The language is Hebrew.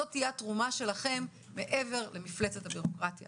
זו תהיה התרומה שלכם מעבר למפלצת הבירוקרטיה